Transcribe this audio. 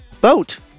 boat